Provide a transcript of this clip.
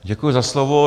Děkuji za slovo.